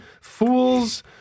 fool's